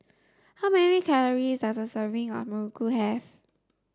how many calories does a serving of Muruku have